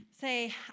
Say